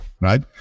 Right